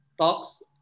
talks